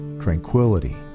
tranquility